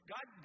God